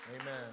amen